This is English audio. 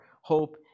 hope